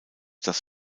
das